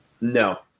No